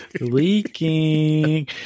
leaking